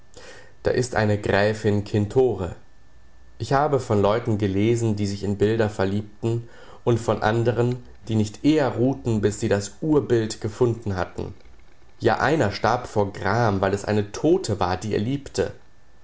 da ist eine gräfin kintore ich habe von leuten gelesen die sich in bilder verliebten und von andren die nicht eher ruhten bis sie das urbild gefunden hatten ja einer starb vor gram weil es eine tote war die er liebte